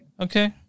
Okay